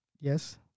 Yes